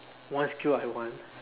one skill I want